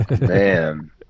Man